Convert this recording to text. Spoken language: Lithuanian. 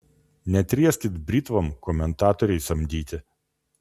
netrieskit britvom komentatoriai samdyti